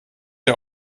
der